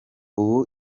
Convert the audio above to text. ubu